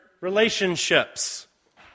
relationships